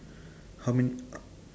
how many